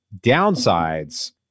downsides